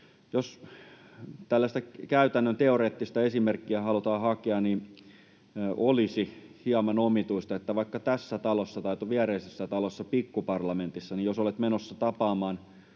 Jos tällaista käytännön teoreettista esimerkkiä halutaan hakea, niin olisi hieman omituista, että jos tässä talossa tai tuossa viereisessä talossa, Pikkuparlamentissa, olisit menossa tapaamaan